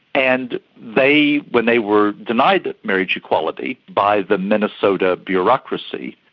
and they, when they were denied marriage equality by the minnesota bureaucracy,